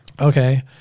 okay